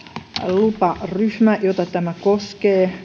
luparyhmä jota tämä koskee